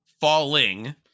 Falling